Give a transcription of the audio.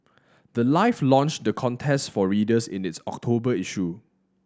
the life launched the contest for readers in its October issue